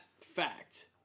fact